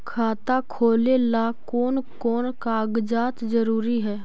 खाता खोलें ला कोन कोन कागजात जरूरी है?